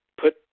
put